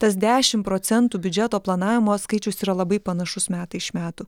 tas dešim procentų biudžeto planavimo skaičius yra labai panašus metai iš metų